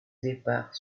départ